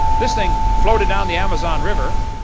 this thing floated down the amazon river.